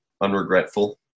unregretful